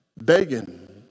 begging